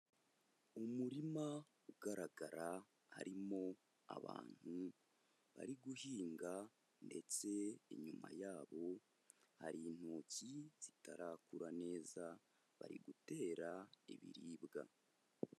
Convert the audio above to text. Umurima ugaragara harimo abantu bari guhinga ndetse inyuma yabo hari intoki zitarakura neza bari gutera ibiribwa